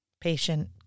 patient